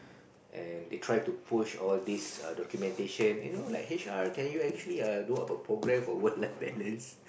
and they try to push all these err documentation you know like H_R can you actually err do a program for work life balance